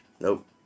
Nope